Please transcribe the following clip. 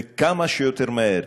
וכמה שיותר מהר,